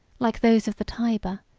like those of the tyber,